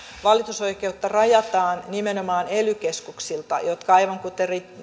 valitusoikeutta rajataan nimenomaan ely keskuksilta jotka aivan kuten